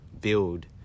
build